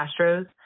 Astros